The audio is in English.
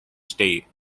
state